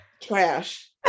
Trash